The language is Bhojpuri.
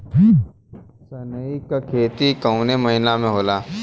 सनई का खेती कवने महीना में होला?